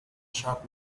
sharp